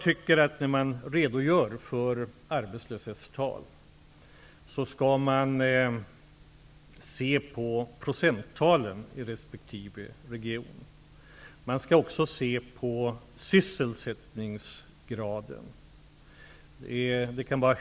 Men när man redogör för arbetslöshetstal tycker jag att man skall se på procenttalen i resp. region. Man skall också se till sysselsättningsgraden.